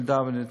אם נדרש.